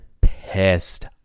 pissed